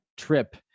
trip